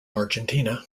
argentina